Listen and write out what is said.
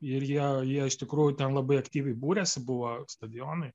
ir jie jie iš tikrųjų ten labai aktyviai būrėsi buvo stadionai